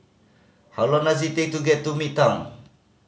how long does it take to get to Midtown